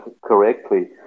correctly